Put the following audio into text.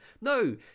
No